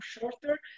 shorter